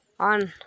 on